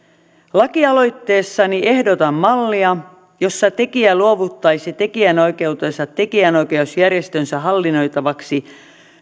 lakialoitteessani ehdotan mallia jossa tekijä luovuttaisi tekijänoikeutensa tekijänoi keusjärjestönsä hallinnoitavaksi